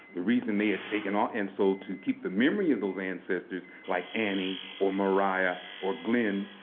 the reason they had taken on and so to keep the memory of those ancestors, like annie, or mariah, or glenn,